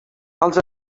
als